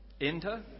enter